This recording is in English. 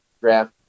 graph